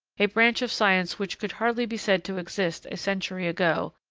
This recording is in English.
a branch of science which could hardly be said to exist a century ago,